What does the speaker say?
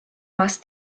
más